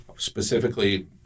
specifically